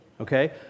Okay